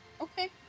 Okay